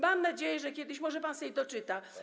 Mam nadzieję, że kiedyś może pan sobie doczyta.